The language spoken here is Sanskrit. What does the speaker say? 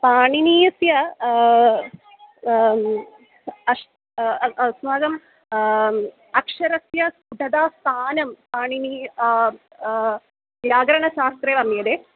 पाणिनीयस्य अष् अस्माकम् अक्षरस्य स्फुटता स्थानं पाणिनीय व्याकरणशास्त्रे वर्ण्यते